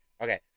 Okay